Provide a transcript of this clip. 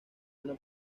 una